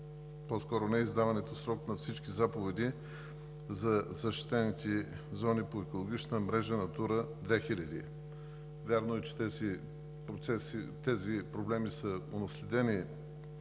– неиздаването в срок на всички заповеди за защитените зони по екологична мрежа „Натура 2000“. Вярно е, че тези проблеми са онаследени